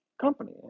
company